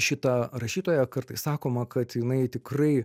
šita rašytoja kartais sakoma kad jinai tikrai